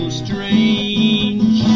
strange